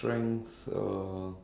knife